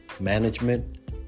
management